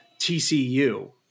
TCU